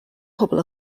pobol